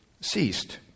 ceased